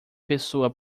pessoa